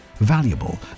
valuable